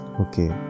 Okay